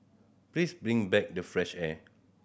please bring back the fresh air